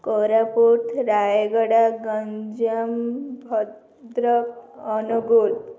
Koraput Rayagada Ganjam Bhadrak Angul